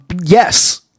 Yes